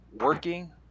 Working